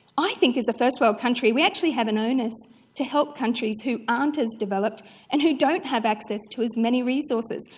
i think as a first-world country we actually have an onus to help countries who aren't as developed and who don't have access to as many resources.